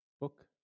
Book